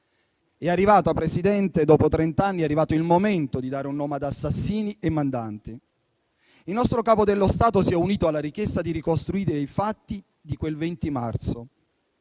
È arrivato, Presidente, dopo trent'anni, il momento di dare un nome ad assassini e mandanti. Il nostro Capo dello Stato si è unito alla richiesta di ricostruire i fatti di quel 20 marzo.